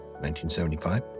1975